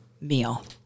meal